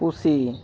ᱯᱩᱥᱤ